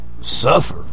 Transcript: suffer